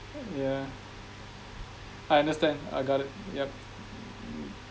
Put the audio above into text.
yeah I understand I got it yup